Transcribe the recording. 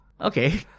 okay